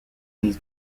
these